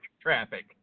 traffic